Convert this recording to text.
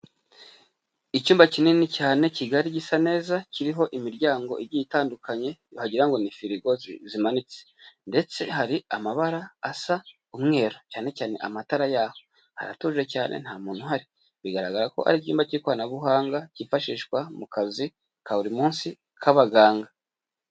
Icyumba kinini cyane kigali gisa neza, kiriho imiryango igiye itandukanye wagira ngo ni firigozi zimanitse ndetse hari amabara asa umweru cyane cyane amatara yaho, haratuje cyane nta muntu uhari, bigaragara ko ari icyumba cy'ikoranabuhanga kifashishwa mu kazi ka buri munsi k'abaganga.